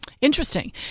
Interesting